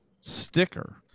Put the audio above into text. sticker